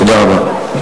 תודה רבה.